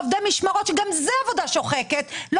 עובדי משמרות שגם זאת עבודה שוחקת לא